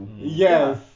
Yes